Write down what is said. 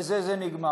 בזה זה נגמר.